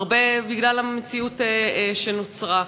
הרבה בגלל המציאות שנוצרה.